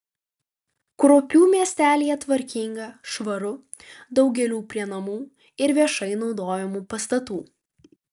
kruopių miestelyje tvarkinga švaru daug gėlių prie namų ir viešai naudojamų pastatų